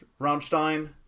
rammstein